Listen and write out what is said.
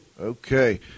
okay